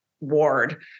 ward